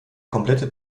komplette